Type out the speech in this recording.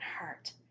heart